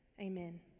Amen